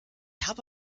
habe